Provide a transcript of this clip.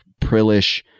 prillish